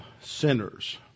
sinners